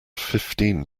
fifteen